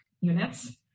units